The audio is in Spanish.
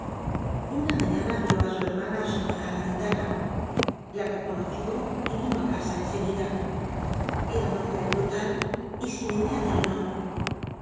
una mañana vió a su hermana asomada a la ventana la reconoció y vino a casa en seguida era un hombre brutal y sin idea del honor